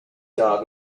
dog